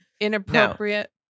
inappropriate